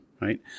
right